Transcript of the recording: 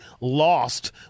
lost